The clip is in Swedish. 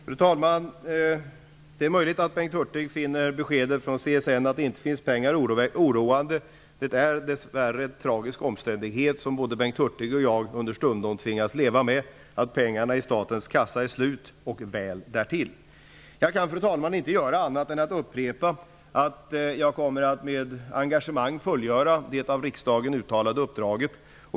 Fru talman! Det är möjligt att Bengt Hurtig finner beskedet från CSN om att det inte finns pengar oroande. Att pengarna i statens kassa är slut och väl därtill är dess värre en tragisk omständighet som både Bengt Hurtig och jag understundom tvingas leva med. Fru talman! Jag kan inte göra annat än att upprepa att jag med engagemang kommer att fullgöra det av riksdagen uttalade uppdraget.